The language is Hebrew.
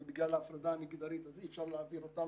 בגלל ההפרדה המגדרית אי אפשר להעביר אותן